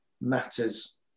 matters